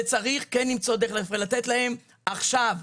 וצריך למצוא דרך ולתת להם עכשיו סיוע.